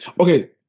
okay